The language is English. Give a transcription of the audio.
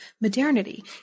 modernity